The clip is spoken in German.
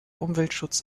umweltschutz